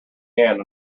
down